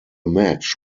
match